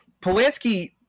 polanski